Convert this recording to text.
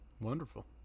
Wonderful